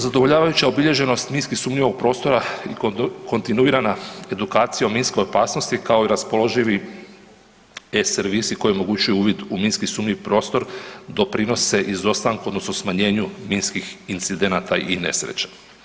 Zadovoljavajuća obilježenost minski sumnjivog prostora i kontinuirana edukacija o minskoj opasnosti kao i raspoloživi e-servisi koji omogućuju uvidi u minski sumnjivi prostor doprinose izostanku odnosno smanjenju minskih incidenata i nesreća.